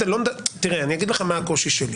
אני אגיד לך מה הקושי שלי.